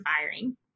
firing